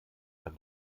kann